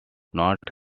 not